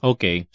Okay